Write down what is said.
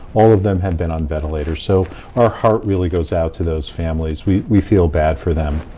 all of them have been on ventilators, so our heart really goes out to those families. we we feel bad for them.